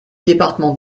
département